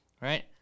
right